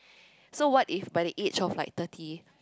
so what if by the age of like thirty